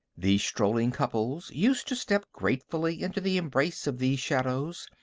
the strolling couples used to step gratefully into the embrace of these shadows,